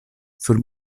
sur